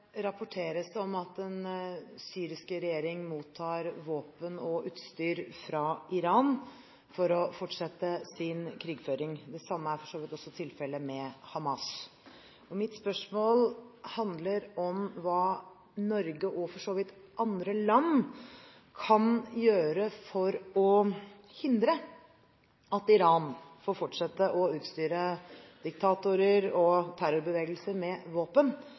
Det rapporteres om at den syriske regjeringen mottar våpen og utstyr fra Iran for å fortsette sin krigføring. Det samme er for så vidt tilfellet med Hamas. Mitt spørsmål handler om hva Norge, og for så vidt andre land, kan gjøre for å hindre at Iran får fortsette å utstyre diktatorer og terrorbevegelser med våpen,